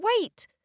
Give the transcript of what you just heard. wait